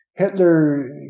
Hitler